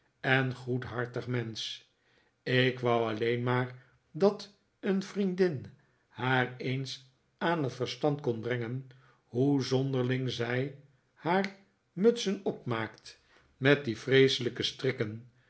en goedhartig mensch ik wou alleen maar dat een vriendin haar eens aan t verstand kon brengen hoe zonderling zij haar mutsen opmaakt met die vreeselijke strikken